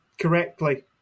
correctly